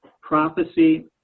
prophecy